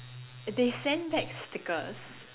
they sent back stickers